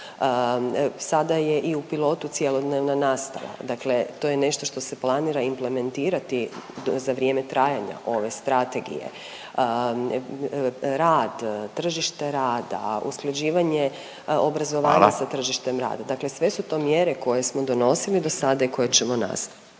Sada je i u pilotu cjelodnevna nastava, dakle to je nešto što se planira implementirati za vrijeme trajanja ove strategije, rad, tržište rada, usklađivanje obrazovanja sa … .../Upadica: Hvala./... tržištem rada, dakle sve su to mjere koje smo donosili do sada i koje ćemo nastaviti.